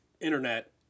internet